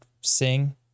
sing